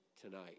tonight